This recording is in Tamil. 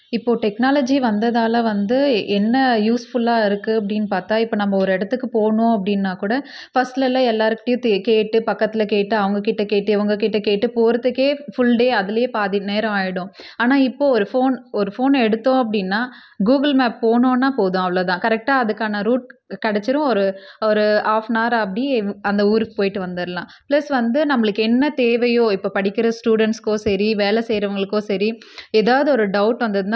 இப்போது டெக்னாலஜி வந்ததால் வந்து என்ன யூஸ்ஃபுல்லாயிருக்கு அப்படின்னு பார்த்தா இப்போ நம்ம ஒரு இடத்துக்கு போகணும் அப்படின்னாக்கூட ஃபஸ்ட்லெல்லாம் எல்லாேர் கிட்டேயும் தே கேட்டு பக்கத்தில் கேட்டு அவங்க கிட்டே கேட்டு இவங்க கிட்டே கேட்டு போகிறத்துக்கே ஃபுல் டே அதுலேயே பாதி நேரம் ஆகிடும் ஆனால் இப்போது ஒரு ஃபோன் ஒரு ஃபோனை எடுத்தோம் அப்படின்னா கூகுள் மேப் போனோன்னால் போதும் அவ்வோளதான் கரெக்டாக அதுக்கான ரூட் கிடச்சுரும் ஒரு ஒரு ஹாஃப் ஆன் நார் அப்படியே அந்த ஊருக்கு போய்விட்டு வந்துடல்லாம் ப்ளஸ் வந்து நம்மளுக்கு என்ன தேவையோ இப்போ படிக்கிற ஸ்டூடெண்ட்ஸ்கோ சரி வேலை செய்கிறவங்களுக்கோ சரி ஏதாவது ஒரு டௌட் வந்துதுன்னால்